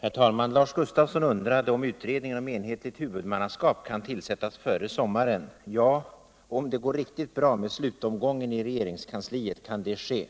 Herr talman! Lars Gustafsson frågade om utredningen om enhetligt huvudmannaskap kan tillsättas före sommaren. Ja, om det går riktigt bra med slutomgången i regeringskansliet, kan det ske.